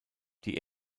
die